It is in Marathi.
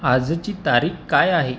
आजची तारीख काय आहे